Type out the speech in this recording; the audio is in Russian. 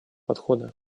подхода